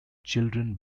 children